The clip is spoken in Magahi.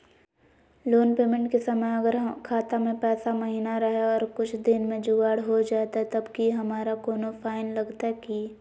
लोन पेमेंट के समय अगर खाता में पैसा महिना रहै और कुछ दिन में जुगाड़ हो जयतय तब की हमारा कोनो फाइन लगतय की?